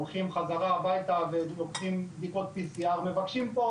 הולכים חזרה הביתה ועושים בדיקות PCR. מבקשים פה